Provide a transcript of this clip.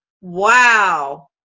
wow